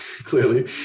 Clearly